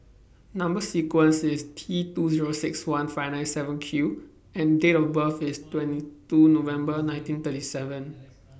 Number sequence IS T two Zero six one five nine seven Q and Date of birth IS twenty two November nineteen thirty seven